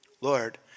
Lord